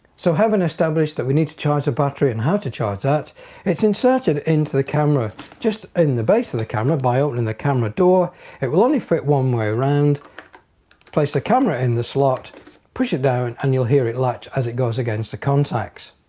so having established that we need to charge the battery and how to charge that it's inserted into the camera just in the base of the camera by opening the camera door it will only fit one way around place the battery in the slot push it down and you'll hear it latch as it goes against the contacts.